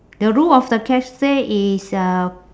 the roof of the castle is uh